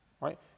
Right